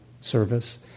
service